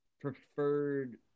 preferred